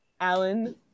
Alan